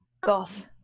goth